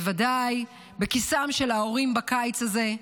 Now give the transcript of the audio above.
בוודאי בכיסם של ההורים בקיץ הזה,